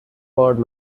word